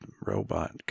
Robot